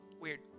weird